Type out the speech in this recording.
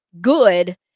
good